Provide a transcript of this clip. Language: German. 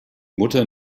mutter